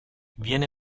viene